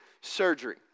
surgery